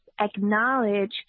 acknowledge